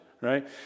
right